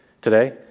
today